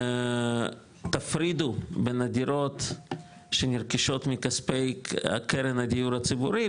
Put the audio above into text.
תפרידו בין הדירות שנרכשות מכספי הקרן הדיור הציבורי,